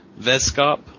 Vescop